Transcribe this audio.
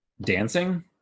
Dancing